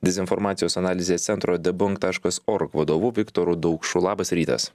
dezinformacijos analizės centro debunk taškas org vadovu viktoru daukšu labas rytas